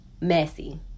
messy